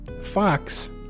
Fox